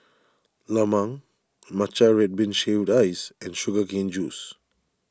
Lemang Matcha Red Bean Shaved Ice and Sugar Cane Juice